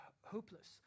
hopeless